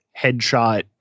headshot